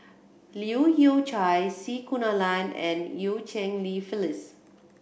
Leu Yew Chye C Kunalan and Eu Cheng Li Phyllis